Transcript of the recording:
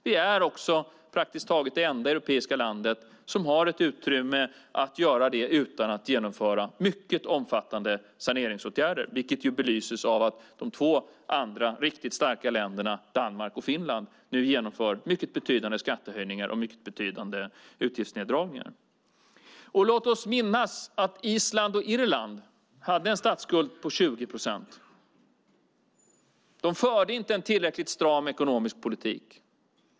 Vi är också praktiskt taget det enda europeiska landet som har ett utrymme att göra det utan att genomföra mycket omfattande saneringsåtgärder, vilket ju belyses av att de två andra riktigt starka länderna, Danmark och Finland, nu genomför mycket betydande skattehöjningar och utgiftsneddragningar. Låt oss minnas att Island och Irland hade en statsskuld på 20 procent. De förde inte en tillräckligt stram ekonomisk politik.